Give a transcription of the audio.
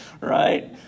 right